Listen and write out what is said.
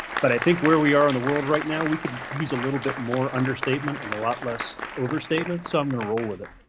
but i think where we are in the world right now, we could use a little bit more understatement and a lot less overstatement. so i'm going to roll with it.